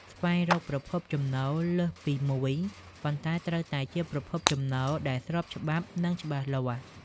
ស្វែងរកប្រភពចំណូលលើសពីមួយ ប៉ុន្តែត្រូវតែជាប្រភពចំណូលដែលស្របច្បាប់ និងច្បាស់លាស់។